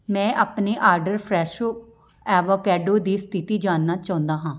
ਮੈਂ ਆਪਣੇ order Fresho avocado ਦੀ ਸਥਿਤੀ ਜਾਣਨਾ ਚਾਹੁੰਦਾ ਹਾਂ